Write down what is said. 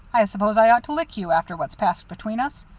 i suppose i ought to lick you after what's passed between us,